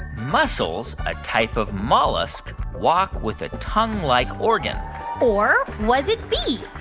mussels, a type of mollusk, walk with a tonguelike organ or was it b?